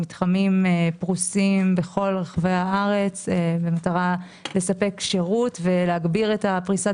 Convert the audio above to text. המתחמים פרוסים בכל רחבי הארץ במטרה לספק שירות ולהגביר את הפריסה